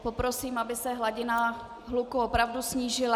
Poprosím, aby se hladina hluku opravdu snížila.